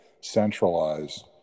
centralized